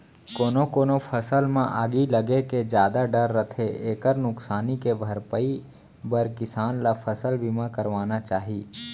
कोनो कोनो फसल म आगी लगे के जादा डर रथे एकर नुकसानी के भरपई बर किसान ल फसल बीमा करवाना चाही